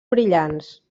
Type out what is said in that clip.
brillants